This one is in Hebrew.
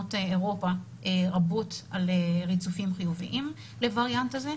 ממדינות אירופה רבות על ריצופים חיוביים לווריאנט הזה,